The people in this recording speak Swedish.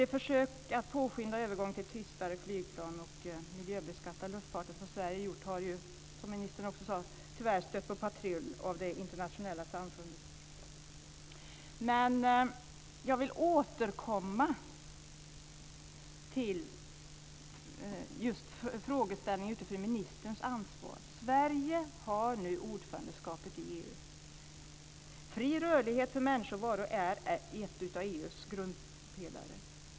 De försök att påskynda övergången till tystare flygplan och att miljöbeskatta luftfarten som Sverige har gjort har ju, som ministern också sade, tyvärr stött på patrull av det internationella samfundet. Men jag vill återkomma till frågeställningen utifrån ministerns ansvar. Sverige har nu ordförandeskapet i EU. Fri rörlighet för människor och varor är en av EU:s grundpelare.